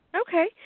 Okay